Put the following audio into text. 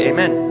Amen